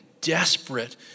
desperate